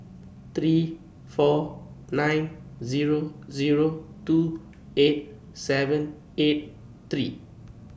three four nine Zero Zero two eight seven eight three